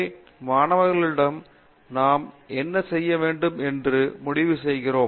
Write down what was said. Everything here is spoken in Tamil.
பேராசிரியர் பாபு விஸ்வநாதன் எனவே மாணவர்களுடன் நாம் என்ன செய்யப் போகிறோம் என்று முடிவு செய்கிறோம்